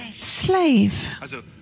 slave